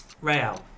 Real